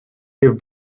give